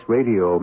Radio